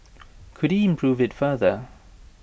could he improve IT further